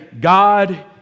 God